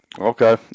Okay